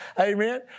Amen